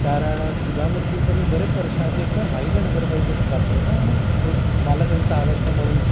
कारण सुधा मूर्तींचं मी बरेच वर्षाआधी एकदा वाईज अँड अदरवाईज एक वाचलेलं आणि एक मला त्यांचं आवडतं म्हणून